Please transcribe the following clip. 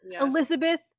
Elizabeth